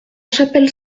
chapelle